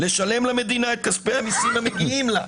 לשלם למדינה את כספי המיסים המגיעים לה".